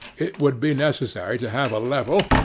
it would be necessary to have a level,